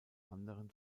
anderen